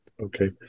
okay